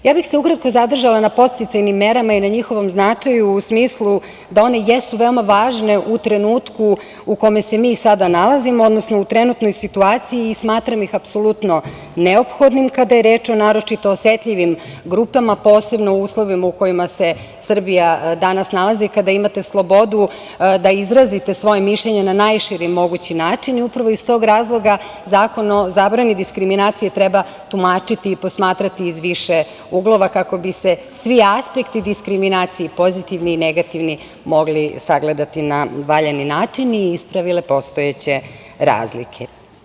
Ukratko bih se zadržala na podsticajnim merama i njihovom značaju u smislu da one jesu veoma važne u trenutku u kome se mi sada nalazimo, odnosno u trenutnoj situaciji i smatram ih apsolutno neophodnim kada je reč o naročito osetljivim grupama, posebno u uslovima u kojima se Srbija danas nalazi kada imate slobodu da izrazite svoje mišljenje na najširi mogući način i upravo iz tog razloga Zakon o zabrani diskriminacije treba tumačiti i posmatrati iz više uglova kako bi se svi aspekti diskriminacije i pozitivni i negativni mogli sagledati na valjani način i ispravile postojeće razlike.